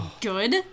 good